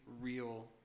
real